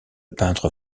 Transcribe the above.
peintre